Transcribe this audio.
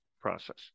process